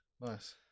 Nice